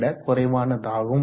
விடக் குறைவானதாகும்